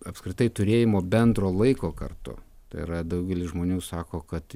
apskritai turėjimo bendro laiko kartu tai yra daugelis žmonių sako kad